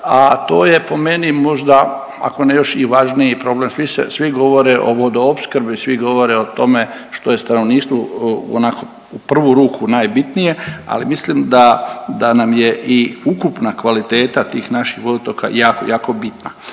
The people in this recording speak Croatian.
a to je po meni možda ako ne još i važniji problem. Svi se, svi govore o vodoopskrbi, svi govore o tome što je stanovništvu onako u prvu ruku najbitnije, ali mislim da, da nam je i ukupna kvaliteta tih naših vodotoka jako, jako bitna.